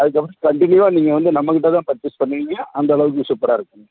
அதுக்கப்புறம் கண்டினியூவாக நீங்கள் வந்து நம்ம கிட்டே தான் பர்ச்சேஸ் பண்ணுவீங்க அந்த அளவுக்கு சூப்பராக இருக்குங்க